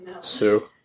Sue